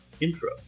intro